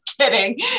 kidding